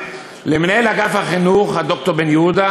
למנהל אגף החינוך הד"ר בן יהודה,